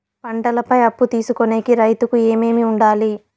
పంటల పై అప్పు తీసుకొనేకి రైతుకు ఏమేమి వుండాలి?